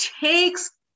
takes